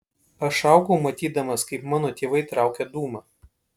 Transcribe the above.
aš augau matydamas kaip mano tėvai traukia dūmą